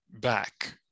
back